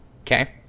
Okay